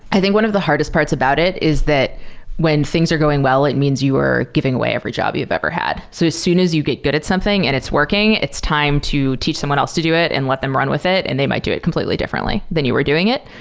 i think one of the hardest parts about it is that when things are going well, it means you are giving away every job you've ever had. so as soon as you get good at something and it's working, it's time to teach someone else to do it and let them run with it and they might do it completely differently than you are doing it.